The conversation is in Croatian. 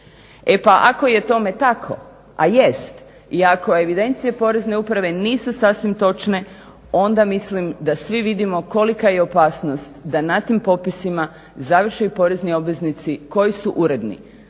E pa ako je tome tako, a jest, i ako evidencije porezne uprave nisu sasvim točne onda mislim da svi vidimo kolika je opasnost da na tim popisima završe i porezni obveznici koji su uredni,